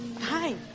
Hi